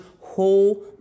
whole